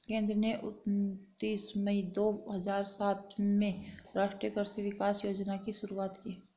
केंद्र ने उनतीस मई दो हजार सात में राष्ट्रीय कृषि विकास योजना की शुरूआत की